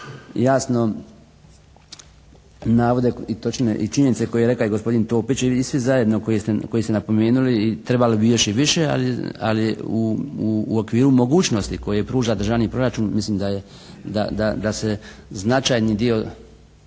jasno navode i činjenice koje je rekao i gospodin Topić i svi zajedno koji ste napomenuli. Trebali bi još i više, ali u okviru mogućnosti koje pruža Državni proračun mislim da je, da se značajni dio